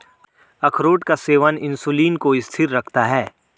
अखरोट का सेवन इंसुलिन को स्थिर रखता है